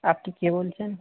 আপনি কে বলছেন